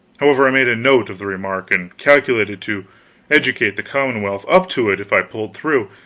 however, i made a note of the remark, and calculated to educate the commonwealth up to it if i pulled through.